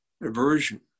aversion